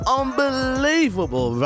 unbelievable